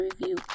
review